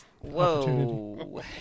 Whoa